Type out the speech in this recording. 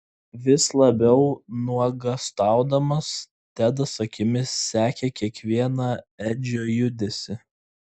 vis labiau nuogąstaudamas tedas akimis sekė kiekvieną edžio judesį